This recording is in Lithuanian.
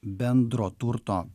bendro turto